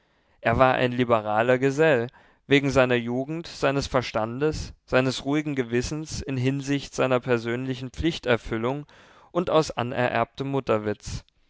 er war ein liberaler gesell wegen seiner jugend seines verstandes seines ruhigen gewissens in hinsicht seiner persönlichen pflichterfüllung und aus